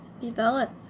develop